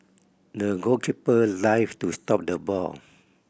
the goalkeeper dived to stop the ball